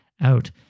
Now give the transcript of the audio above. out